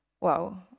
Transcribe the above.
Wow